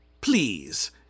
Please